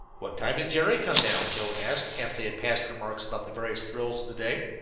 what time did jerry come down? joe asked, after they had passed remarks about the various thrills of the day.